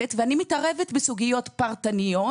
מתערבת ואני מתערבת בסוגיות פרטניות,